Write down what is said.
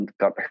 got